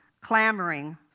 clamoring